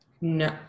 No